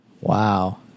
Wow